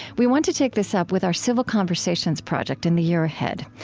we want to take this up with our civil conversations project in the year ahead.